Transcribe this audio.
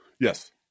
Yes